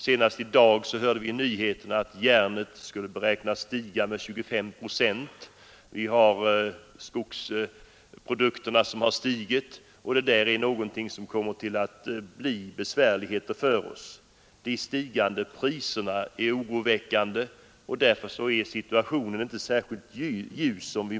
Senast i dag hörde vi i nyheterna att järnet beräknas stiga med 25 procent. Även skogsprodukterna har stigit, vilket kommer att bli kännbart för oss. De stigande priserna är oroväckande, och därför är situationen inte särskilt ljus.